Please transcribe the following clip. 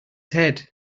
head